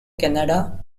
canada